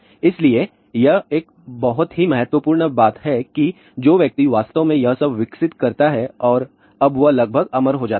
इसलिए यह एक बहुत ही महत्वपूर्ण बात है कि जो व्यक्ति वास्तव में यह सब विकसित करता है और अब वह लगभग अमर हो जाता है